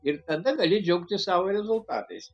ir tada gali džiaugtis savo rezultatais